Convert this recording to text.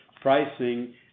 pricing